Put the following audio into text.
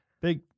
Big